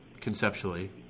conceptually